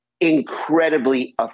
incredibly